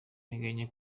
nteganya